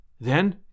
Then